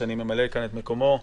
שאני ממלא כאן את מקומו,